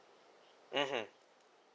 mmhmm